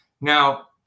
Now